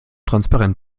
transparent